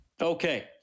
Okay